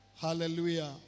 Hallelujah